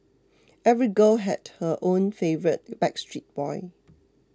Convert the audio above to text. every girl had her own favourite Backstreet Boy